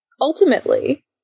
ultimately